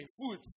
food